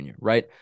right